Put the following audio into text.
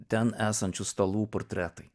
ten esančių stalų portretai